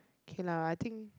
okay lah I think